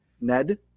ned